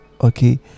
okay